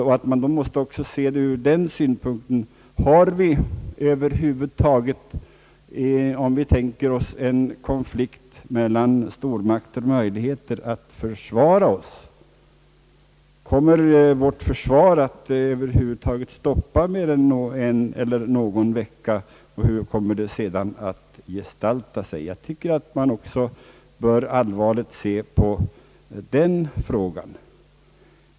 Man måste också se det hela ur den synpunkten: Har vi över huvud taget, om vi tänker oss en konflikt med eller mellan stormakter, möjligheter att försvara oss? Kommer vårt försvar att över huvud taget stoppa mer än någon vecka, och hur kommer det sedan att gestalta sig? Jag tycker att man också allvarligt bör se på denna fråga.